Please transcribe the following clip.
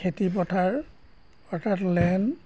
খেতি পথাৰ অৰ্থাৎ লেণ্ড